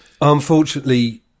unfortunately